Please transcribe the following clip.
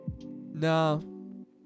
no